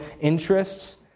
interests